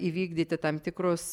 įvykdyti tam tikrus